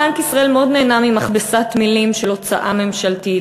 בנק ישראל מאוד נהנה ממכבסת מילים של הוצאה ממשלתית,